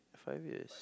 five years